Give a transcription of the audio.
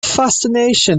fascination